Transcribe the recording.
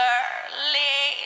early